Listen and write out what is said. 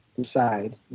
decide